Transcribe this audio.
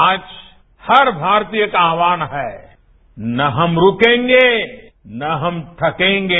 आज हर भारतीय का आह्वान है न हम रूकेंगे न हम थकेंगे